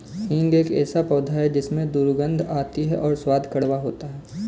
हींग एक ऐसा पौधा है जिसमें दुर्गंध आती है और स्वाद कड़वा होता है